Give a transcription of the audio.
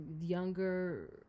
younger